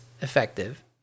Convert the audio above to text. effective